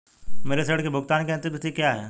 मेरे ऋण के भुगतान की अंतिम तिथि क्या है?